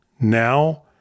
Now